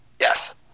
Yes